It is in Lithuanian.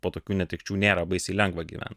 po tokių netekčių nėra baisiai lengva gyvent